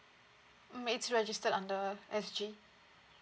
mm may it's registered under S_G